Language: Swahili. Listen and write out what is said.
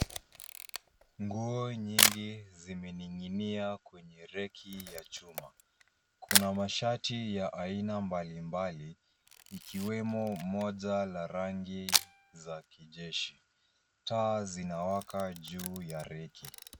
Nguo nyingi zimening'inia kwenye reki ya chuma. Kuna mashati ya aina mbalimbali ikiwemo moja la rangi za kijeshi. Taa zinawaka juu ya reki.